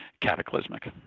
cataclysmic